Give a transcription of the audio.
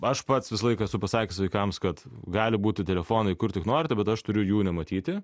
aš pats visą laiką esu pasakęs vaikams kad gali būtų telefonai kur tik norite bet aš turiu jų nematyti